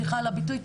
סליחה על הביטוי,